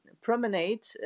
promenade